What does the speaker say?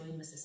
mrs